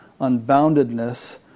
unboundedness